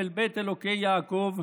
אל בית אלֺקי יעקב,